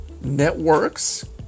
networks